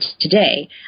today